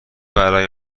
برای